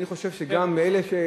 אני חושב שגם מאלה,